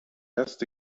erste